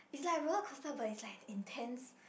it's like rollercoaster but it's like intense